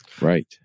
Right